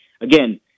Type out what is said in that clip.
again